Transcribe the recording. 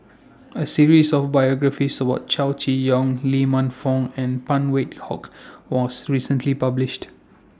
A series of biographies What Chow Chee Yong Lee Man Fong and Phan Wait Hong was recently published